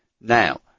Now